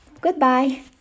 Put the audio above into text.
Goodbye